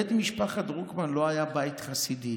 בית משפחת דרוקמן לא היה בית חסידי.